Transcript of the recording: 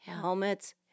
helmets